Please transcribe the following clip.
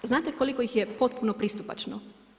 Znate li koliko ih je potpuno pristupačno?